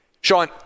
Sean